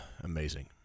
Amazing